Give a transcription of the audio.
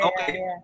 okay